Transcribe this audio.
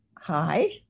Hi